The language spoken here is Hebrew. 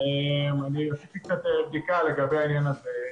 עשיתי קצת בדיקה לגבי העניין הזה.